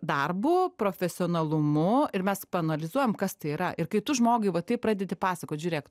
darbu profesionalumu ir mes paanalizuojam kas tai yra ir kai tu žmogui va taip pradedi pasakot žiūrėk